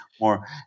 more